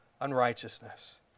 unrighteousness